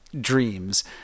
dreams